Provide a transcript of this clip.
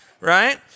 Right